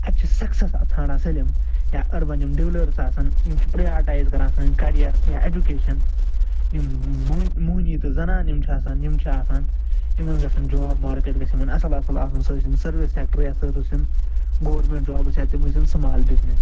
اَتہِ چھِ سَکسیٚس ژھانٛڑان سٲلِم یا أربَن یِم ڈِولٲرٕس آَسان یِم چھِ پرٛیارٹایِز کران سٲنۍ کیریَر یا ایٚجوٗکیشَن یِم موٚہنی تہٕ زنانہٕ یِم چھِ آسان یِم چھِ آسان یِمَن گژھَن جاب مارکیٚٹ گژھہِ یِمَن اصٕل اصٕل آسُن سُہ ٲسِن سٔروِس سیٚکٹَر یا سُہ ٲسِن گورمیٚنٛٹ جابٕز یا تِم ٲسِن سُمال بِزنیٚس